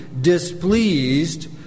displeased